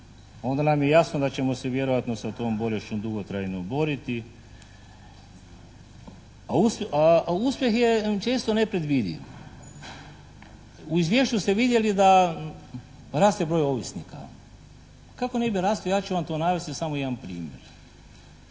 onda nam je jasno da ćemo se vjerojatno sa tom bolešću dugotrajno boriti a uspjeh je često nepredvidiv. U izvješću ste vidjeli da raste broj ovisnika. Kako ne bi rastao? Ja ću vam to navesti samo jedan primjer.